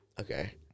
okay